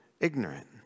ignorant